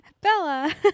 Bella